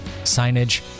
signage